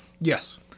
Yes